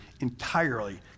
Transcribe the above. entirely